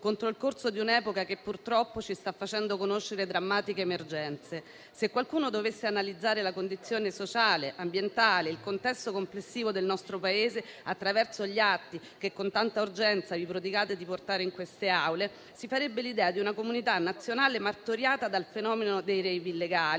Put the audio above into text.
contro il corso di un'epoca che purtroppo ci sta facendo conoscere drammatiche emergenze. Se qualcuno dovesse analizzare la condizione sociale, ambientale e il contesto complessivo del nostro Paese attraverso gli atti che con tanta urgenza vi prodigate di portare in queste Aule, si farebbe l'idea di una comunità nazionale martoriata dal fenomeno dei *rave* illegali,